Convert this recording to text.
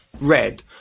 red